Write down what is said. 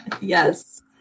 Yes